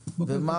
ושומרון,